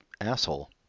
asshole